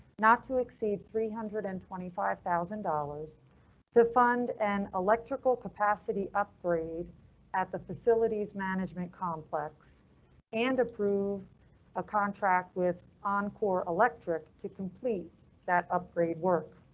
not to exceed three hundred and twenty five thousand dollars to fund an electrical capacity upgrade at the facilities management complex and approve a contract with oncor electric to complete that upgrade work.